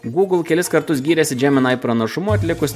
gūgl kelis kartus giriasi džeminai pranašumu atlikus